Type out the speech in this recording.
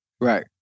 Right